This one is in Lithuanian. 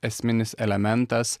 esminis elementas